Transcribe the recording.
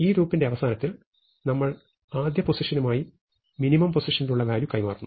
ഈ ലൂപ്പിന്റെ അവസാനത്തിൽ നമ്മൾ ആദ്യ പൊസിഷനുമായി മിനിമം പൊസിഷനിലുള്ള വാല്യൂ കൈമാറുന്നു